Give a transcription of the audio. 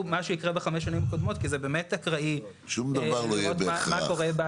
מה שיקרה בחמש השנים הקודמות כי זה באמת אקראי לראות מה קורה.